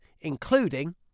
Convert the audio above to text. including